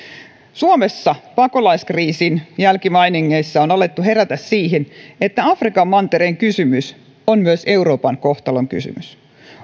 suomessa pakolaiskriisin jälkimainingeissa on alettu herätä siihen että afrikan mantereen kysymys on myös euroopan kohtalon kysymys